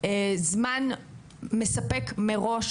זמן מספק מראש,